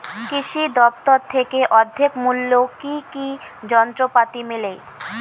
কৃষি দফতর থেকে অর্ধেক মূল্য কি কি যন্ত্রপাতি মেলে?